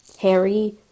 Harry